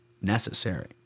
necessary